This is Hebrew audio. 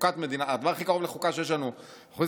את הדבר הכי קרוב לחוקה שיש לנו אנחנו הולכים